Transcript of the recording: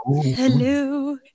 hello